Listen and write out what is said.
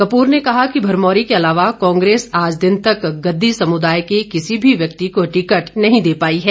कपूर ने कहा कि भरमौरी के अलावा कांग्रेस आज दिन तक गद्दी समुदाय के किसी भी व्यक्ति को टिकट नहीं दे पाई है